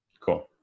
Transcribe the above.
cool